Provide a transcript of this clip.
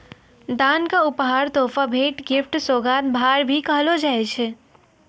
दान क उपहार, तोहफा, भेंट, गिफ्ट, सोगात, भार, भी कहलो जाय छै